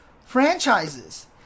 franchises